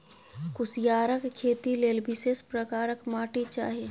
कुसियारक खेती लेल विशेष प्रकारक माटि चाही